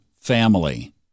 family